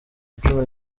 cumi